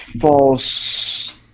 false